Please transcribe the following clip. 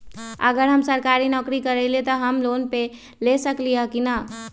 अगर हम सरकारी नौकरी करईले त हम लोन ले सकेली की न?